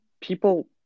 people